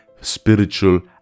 spiritual